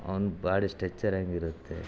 ಅವ್ನ body structure ಹೆಂಗೆ ಇರುತ್ತೆ